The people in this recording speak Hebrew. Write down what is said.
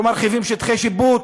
לא מרחיבות שטחי שיפוט,